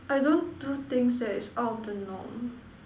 I don't do things that is out of the norm